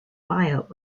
buyout